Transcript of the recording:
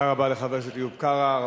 תודה רבה לחבר הכנסת איוב קרא.